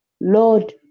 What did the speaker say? Lord